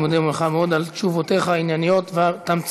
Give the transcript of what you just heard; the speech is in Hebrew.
אני מודה לך מאוד על תשובותיך הענייניות והתמציתיות.